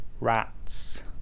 rats